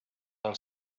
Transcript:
del